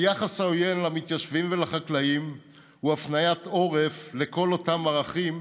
היחס העוין למתיישבים ולחקלאים הוא הפניית עורף לכל אותם ערכים